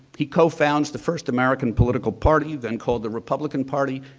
he confounds the first american political party, then called the republican party.